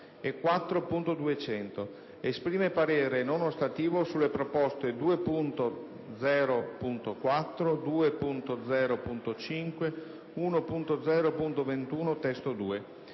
e 4.200. Esprime parere non ostativo sulle proposte 2.0.4, 2.0.5 e 1.0.21 (testo 2),